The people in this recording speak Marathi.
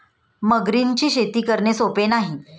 मगरींची शेती करणे सोपे नाही